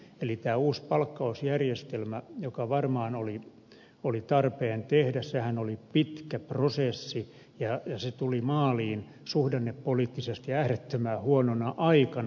eli tämä uusi palkkausjärjestelmä joka varmaan oli tarpeen tehdä oli pitkä prosessi ja se tuli maaliin suhdannepoliittisesti äärettömän huonona aikana